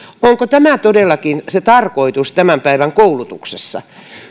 onko tämä todellakin se tarkoitus tämän päivän koulutuksessa